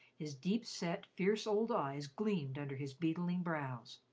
his deep-set fierce old eyes gleamed under his beetling brows.